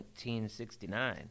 1969